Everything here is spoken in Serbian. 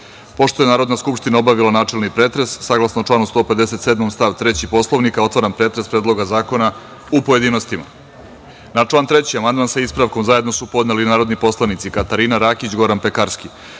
je Narodna skupština obavila načelni pretres, saglasno članu 157. stav 3. Poslovnika, otvaram pretres Predloga zakona u pojedinostima. Na član 3. amandman, sa ispravkom, zajedno su podneli narodni poslanici Katarina Rakić, Goran Pekarski,